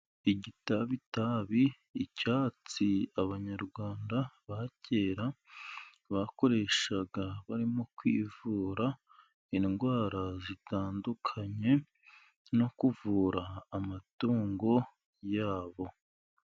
Igitabitabi icyatsi abanyarwanda ba kera bakoreshaga, barimo kwivura indwara zitandukanye, no kuvura amatungo yabo.